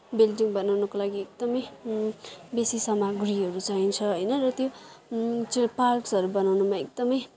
building बनाउनको लागि एकदमै बेसी सामग्रीहरू चाहिन्छ होइन र त्यो पार्क्सहरू बनाउनमा एकदमै